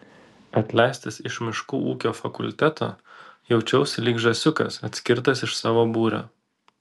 atleistas iš miškų ūkio fakulteto jaučiausi lyg žąsiukas atskirtas iš savo būrio